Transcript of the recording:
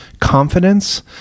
confidence